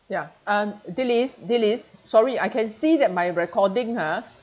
ya um delys delys sorry I can see that my recording ha